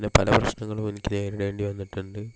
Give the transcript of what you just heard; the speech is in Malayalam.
പിന്നെ പല പ്രശ്നങ്ങളും എനിക്ക് നേരിടേണ്ടി വന്നിട്ടുണ്ട്